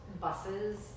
buses